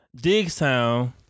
Digstown